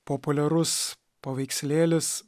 populiarus paveikslėlis